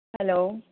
hello